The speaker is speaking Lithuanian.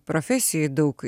profesijoj daug